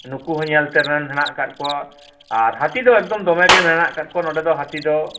ᱱᱩᱠᱩ ᱦᱚᱸ ᱧᱮᱞ ᱛᱮᱨᱮᱱ ᱦᱮᱱᱟᱜ ᱟᱠᱟᱫ ᱠᱚᱣᱟ ᱟᱨ ᱦᱟᱹᱛᱤ ᱫᱚ ᱮᱠᱫᱚᱢ ᱫᱚᱢᱮ ᱜᱮ ᱢᱮᱱᱟᱜ ᱟᱠᱟᱫ ᱠᱚᱣᱟ ᱱᱚᱰᱮ ᱫᱚ ᱦᱟᱹᱛᱤ ᱫᱚ